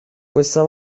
questa